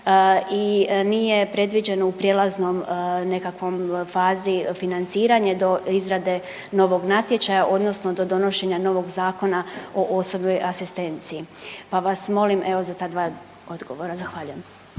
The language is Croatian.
i nije predviđeno u prijelaznom nekakvoj fazi financiranje do izrade novog natječaja, odnosno do donošenja novog Zakona o osobnoj asistenciji. Pa vas molim evo za ta dva odgovora. Zahvaljujem.